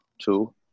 two